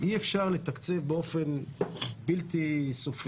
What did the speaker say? אי אפשר לתקצב באופן בלתי סופי.